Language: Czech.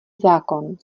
zákon